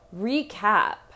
recap